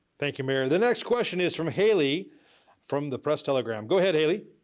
thank you mayor. the next question is from hailey from the press-telegram. go ahead hailey.